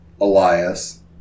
Elias